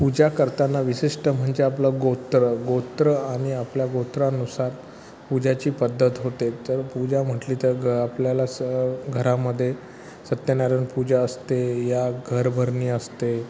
पूजा करताना विशिष्ट म्हणजे आपलं गोत्र गोत्र आणि आपल्या गोत्रानुसार पूजेची पद्धत होते तर पूजा म्हटली तर ग आपल्याला स घरामध्ये सत्यनारायण पूजा असते या घरभरणी असते